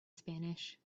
spanish